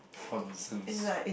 nonsense